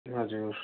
हजुर